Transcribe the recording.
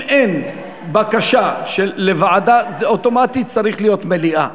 אם אין בקשה לוועדה זה אוטומטית צריך להיות מליאה.